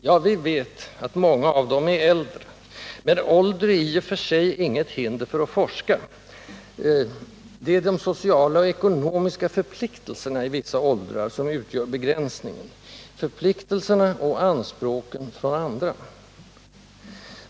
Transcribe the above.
Ja, vi vet, många av dem är äldre, men ålder är i och för sig inget hinder för att forska, det är de sociala och ekonomiska förpliktelserna i vissa åldrar, som utgör begränsningen — förpliktelserna och anspråken, från andra.